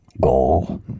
goal